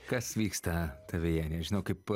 kas vyksta tavyje nežinau kaip